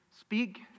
speak